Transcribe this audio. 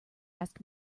ask